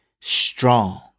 strong